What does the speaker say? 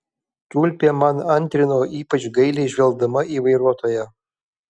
tulpė man antrino ypač gailiai žvelgdama į vairuotoją